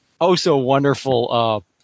oh-so-wonderful